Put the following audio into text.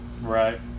Right